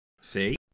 See